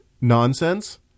nonsense